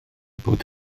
bod